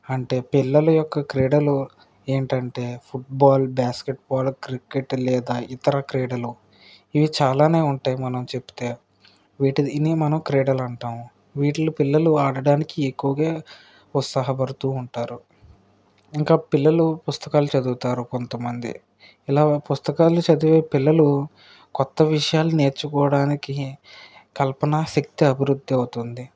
అంటే పిల్లలు యొక్క క్రీడలు ఏంటంటే ఫుట్బాల్ బాస్కెట్బాల్ క్రికెట్ లేదా ఇతర క్రీడలు ఇవి చాలానే ఉంటాయి మనం చెప్తే వీటిని దీన్ని మనం క్రీడలు అంటాము వీట్లిని పిల్లలు ఆడడానికి ఎక్కువగా ఉత్సాహపడుతూ ఉంటారు ఇంకా పిల్లలు పుస్తకాలు చదువుతారు కొంతమంది ఇలా పుస్తకాలు చదివే పిల్లలు కొత్త విషయాలు నేర్చుకోవడానికి కల్పనా శక్తి అభివృద్ధి అవుతుంది